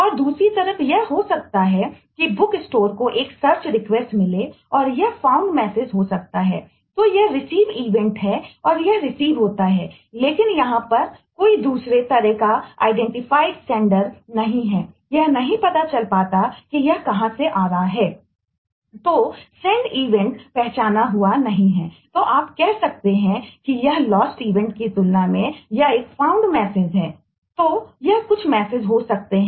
और दूसरी तरफ यह हो सकता है कि बुक स्टोर होते हैं